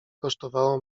kosztowało